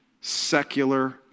secular